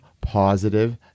positive